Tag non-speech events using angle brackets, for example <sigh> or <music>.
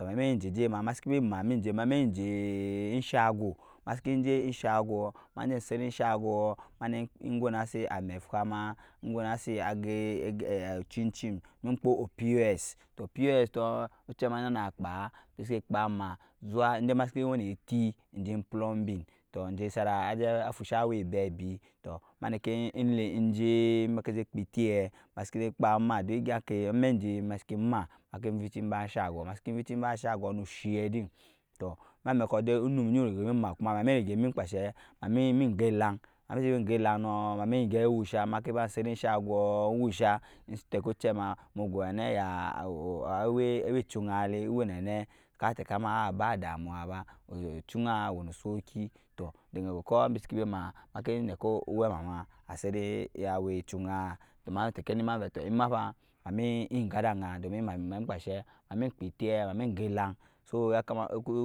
Ma mɛjɛjɛma masikima enshagɔ majɛ sat enshagɔɔ mam gɔnasɛt amɛfama ingɔnasɛt. <hesitation> ochim chim ma kpɔɔ opos tɔɔ opos tɔɔ ocɛma ɛnyinakpa bisi kpama zuwa masiki wɛ nɛ eti injɛ plumbing tɔɔ anjɔɔ sana jɛ fusa awa ebɛbi tɔɔ manikin ɛleljɛ kpa ɛti masiki jɛ kpama duk ɛgyan kɛ amɛk jɛ masiki maki vicha ba ɛnshagɔɔ nɔɔ oshɛ din tɔɔ na amɛkɔɔ dai onum gurɛgɛ gu ma mami kpashɛ mami gɛlang nɔɔ mama gɛp ɛwusha maki ba sɛt in shagɔɔ mawusha <hesitation> ɛtɛkɛ ocɛma mugɔnanɛ <hesitation> ya awa ɛchugan iɛ wɛ nanɛ katɛkum aa ba damuwa ba <hesitation> ɛchugan ɛwɛnɔ soki tɔɔ dɛgɛ gɔɔ kɔɔ bɛsiki ma maki nɛkɛ owɛmama a sɛt da awa ɛchugan tɔɔ ma tɛkɛn vɛ ɛmafa mam gadagan domi <unintelligible> mami kpashɛ gɛlang sɔɔ